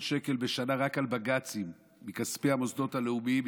שקלים בשנה רק על בג"צים מכספי המוסדות הלאומים,